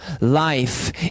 life